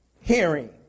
hearing